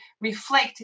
reflect